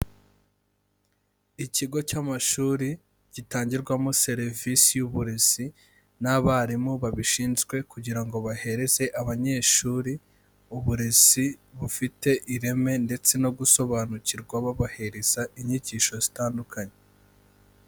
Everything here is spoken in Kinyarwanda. Ikigo cy'amashuri gitangirwamo serivise y'uburezi n'abarimu babishinzwe kugira ngo bahereze abanyeshuri uburezi bufite ireme ndetse no gusobanukirwa, babahereza inyigisho zitandukanye.